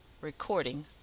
Recording